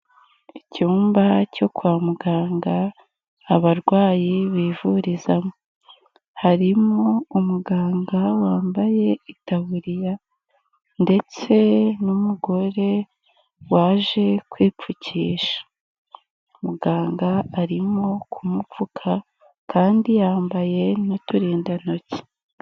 Icyumba cyo kwa muganga abarwayi bivurizamo, harimo umuganga wambaye itaburiya, ndetse n'umugore waje kwipfukisha. Muganga arimo kumupfuka, kandi yambaye n'uturindantoki.